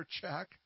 check